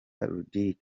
ludic